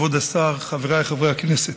כבוד השר, חבריי חברי הכנסת,